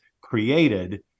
created